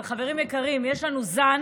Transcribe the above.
אבל חברים יקרים, יש לנו זן